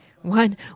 One